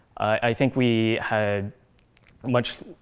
i think we had much,